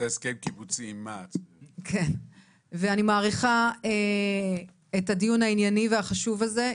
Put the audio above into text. אני מעריכה את הדיון הענייני והחשוב הזה.